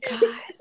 god